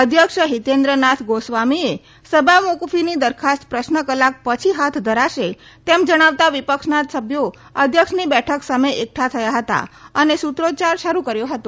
અધ્યક્ષ હિતેન્દ્રનાથ ગોસ્વામીએ સભા મોકૂફીની દરખાસ્ત પ્રશ્ન કલાક પછી હાથ ધરાશે તેમ જણાવતા વિપક્ષના સભ્યો અધ્યક્ષની બેઠક સામે એકઠા થયા હતા અને સૂત્રોચ્યાર શરૂ કર્યો હતો